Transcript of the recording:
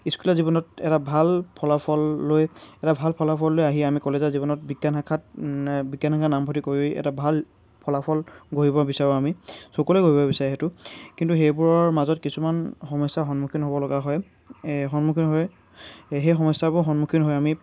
স্কুলীয়া জীৱনত এটা ভাল ফলাফল লৈ এটা ভাল ফলাফল লৈ আহি আমি কলেজীয়া জীৱনত বিজ্ঞান শাখাত বিজ্ঞান শাখাত নামভৰ্তি কৰি এটা ভাল ফলাফল গঢ়িব বিচাৰোঁ আমি সকলোৱে গঢ়িব বিচাৰে সেইটো কিন্তু সেইবোৰৰ মাজত কিছুমান সমস্যাৰ সন্মুখীন হ'বলগা হয় এ সন্মুখীন হৈয়ে সেই সমস্যাবোৰৰ সন্মুখীন হৈ আমি